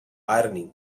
irony